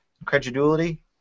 incredulity